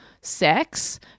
sex